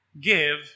give